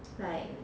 like